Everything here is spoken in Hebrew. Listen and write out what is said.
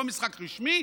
לא משחק רשמי,